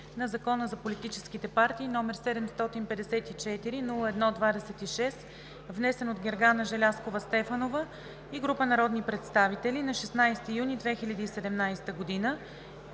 на Закона за политическите партии, № 754-01-26, внесен от Гергана Стефанова и група народни представители на 16 юни 2017 г.